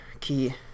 key